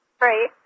Right